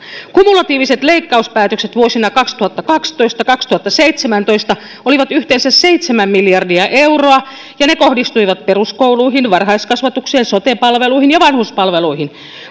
kumulatiiviset leikkauspäätökset vuosina kaksituhattakaksitoista viiva kaksituhattaseitsemäntoista olivat yhteensä seitsemän miljardia euroa ja ne kohdistuivat peruskouluihin varhaiskasvatukseen sote palveluihin ja vanhuspalveluihin